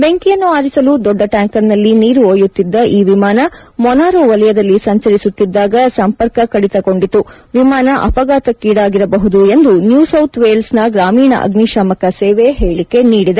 ಬೆಂಕಿಯನ್ನು ಆರಿಸಲು ದೊಡ್ಡ ಟ್ಯಾಂಕರ್ನಲ್ಲಿ ನೀರು ಒಯ್ಯುತ್ತಿದ್ದ ಈ ವಿಮಾನ ಮೊನಾರೊ ವಲಯದಲ್ಲಿ ಸಂಚಿರಿಸುತ್ತಿದ್ದಾಗ ಸಂಪರ್ಕ ಕಡಿತಗೊಂಡಿತು ವಿಮಾನ ಅಪಘಾತಕ್ಷೀಡಾಗಿರಬಹುದು ಎಂದು ನ್ನೂ ಸೌತ್ ವೇಲ್ಸ್ನ ಗ್ರಾಮೀಣ ಅಗ್ನಿಶಾಮಕ ಸೇವೆ ಹೇಳಿಕೆ ನೀಡಿದೆ